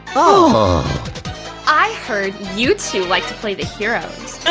um um i heard you two like to play the heroes,